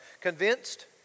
convinced